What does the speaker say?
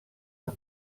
amb